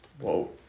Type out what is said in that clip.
Whoa